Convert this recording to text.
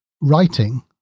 Writing